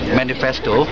manifesto